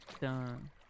Done